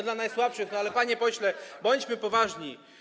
Dla najsłabszych, ale, panie pośle, bądźmy poważni.